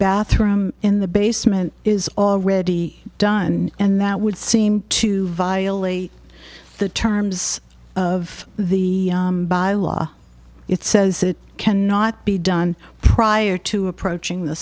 bathroom in the basement is already done and that would seem to to violate the terms of the by law it says it cannot be done prior to approaching the